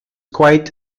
quite